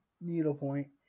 needlepoint